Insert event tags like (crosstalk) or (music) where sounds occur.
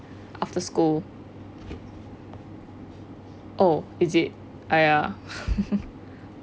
after school oh is it I eh (laughs)